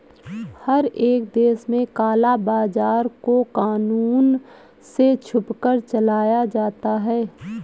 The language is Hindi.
हर एक देश में काला बाजार को कानून से छुपकर चलाया जाता है